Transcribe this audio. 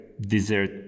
dessert